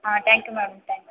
ಹಾಂ thank you ma'am thank you